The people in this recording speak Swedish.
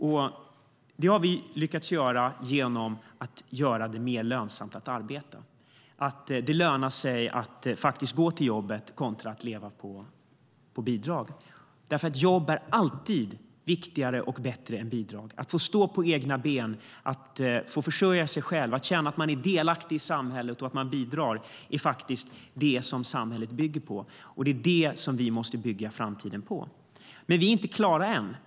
Detta har vi lyckats göra genom att göra det mer lönsamt att arbeta. Det lönar sig att faktiskt gå till jobbet kontra att leva på bidrag därför att jobb alltid är viktigare och bättre än bidrag. Att få stå på egna ben, att få försörja sig själv, att känna att man är delaktig i samhället och att man bidrar är faktiskt det som samhället bygger på. Det är det som vi måste bygga framtiden på. Men vi är inte klara än.